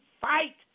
fight